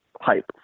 hype